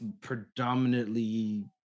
predominantly